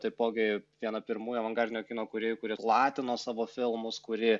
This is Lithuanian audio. taipogi viena pirmųjų avangardinio kino kūrėjų kuri platino savo filmus kuri